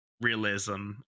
realism